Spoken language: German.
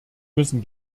müssen